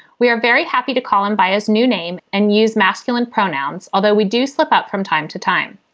we are very happy to call him by his new name and use masculine pronouns. although we do slip up from time to time,